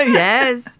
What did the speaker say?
Yes